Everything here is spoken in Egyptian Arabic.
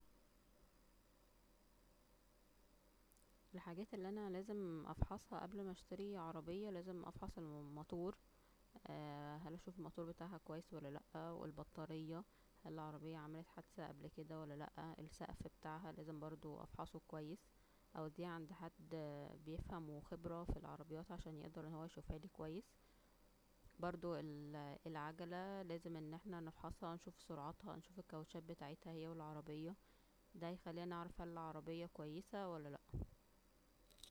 الحاجات اللى انا لازم افحصها قبل ما اشترى عرابية, لازم افحص ال-م-موتور-اه- هنشوف الموتور بتاعها كويس ولا لا او البطارية- هل العربية عملت حتدثة قبل كدا ولا لا ,السقف بتاعها برده لازم افحصه كويس, اوديها عند حد خبرة وبيفهم فى العربيات عشان هو يشفهالى كويسو العجلة برده لازم ان احنا نفحصها ونشوف سرعتها ونشوف الكوتشات بتاعتها هى والعربية, دا هخلينا نعرف اذا كان العربية كويسة ولا لا